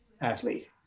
athlete